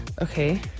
Okay